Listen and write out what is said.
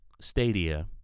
Stadia